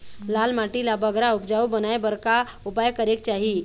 लाल माटी ला बगरा उपजाऊ बनाए बर का उपाय करेक चाही?